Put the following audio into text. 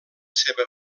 seva